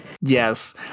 Yes